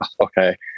okay